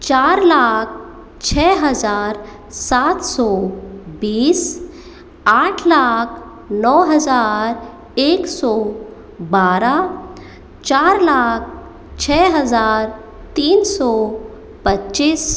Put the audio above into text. चार लाख छः हज़ार सात सौ बीस आठ लाख नौ हज़ार एक सौ बारह चार लाख छः हज़ार तीन सौ पच्चिस